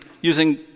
using